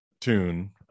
tune